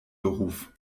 beruf